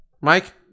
Mike